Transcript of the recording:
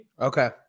Okay